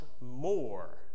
more